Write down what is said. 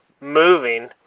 moving